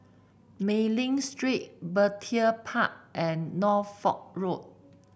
Mei Ling Street Petir Park and Norfolk Road